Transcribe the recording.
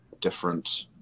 different